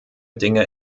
dinge